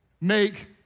Make